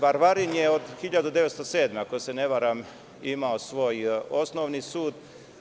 Varvarin je od 1907. godine, ako se ne varam, imao svoj Osnovni sud.